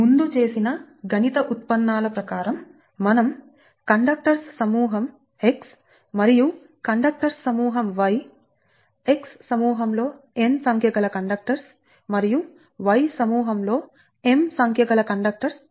ముందు చేసిన గణిత ఉత్పన్నాల ప్రకారం మనం కండక్టర్స్ సమూహం x మరియు కండక్టర్స్ సమూహం y x సమూహంలో n సంఖ్య గల కండక్టర్స్ మరియు y సమూహంలో m సంఖ్య గల కండక్టర్స్ తీసుకున్నాము